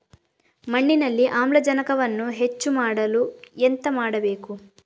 ಮಣ್ಣಿನಲ್ಲಿ ಆಮ್ಲಜನಕವನ್ನು ಹೆಚ್ಚು ಮಾಡಲು ಎಂತ ಮಾಡಬೇಕು?